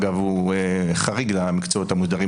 הוא חריג למקצועות המוסדרים,